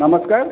ନମସ୍କାର